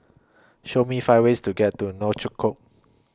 Show Me five ways to get to Nouakchott